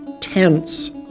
tense